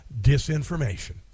disinformation